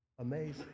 Amazing